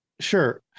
Sure